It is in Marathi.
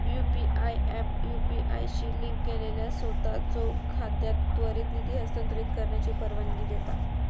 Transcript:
यू.पी.आय ऍप यू.पी.आय शी लिंक केलेल्या सोताचो खात्यात त्वरित निधी हस्तांतरित करण्याची परवानगी देता